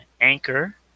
Anchor